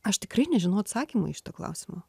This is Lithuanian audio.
aš tikrai nežinau atsakymo į šitą klausimo